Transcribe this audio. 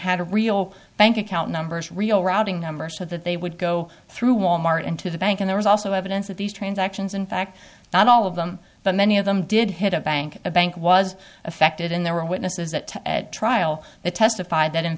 had a real bank account numbers real routing numbers so that they would go through wal mart and to the bank and there was also evidence that these transactions in fact not all of them but many of them did hit a bank a bank was affected in there were witnesses that at trial they testified that in